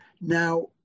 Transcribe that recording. Now